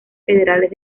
federales